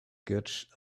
good